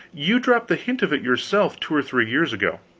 you dropped the hint of it yourself, two or three years ago.